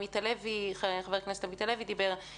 גם ח"כ עמית הלוי דיבר על כך.